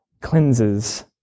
cleanses